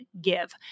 give